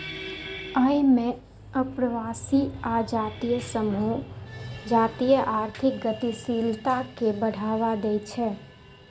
अय मे अप्रवासी आ जातीय समूह जातीय आर्थिक गतिशीलता कें बढ़ावा दै छै